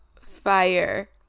fire